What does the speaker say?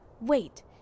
Wait